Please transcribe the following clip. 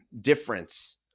difference